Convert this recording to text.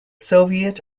soviet